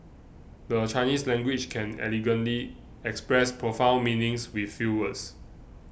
the Chinese language can elegantly express profound meanings with few words